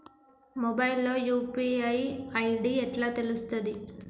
Mobile లో UPI ID ఎట్లా తెలుస్తది?